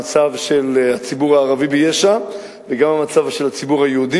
המצב של הציבור הערבי ביש"ע וגם המצב של הציבור היהודי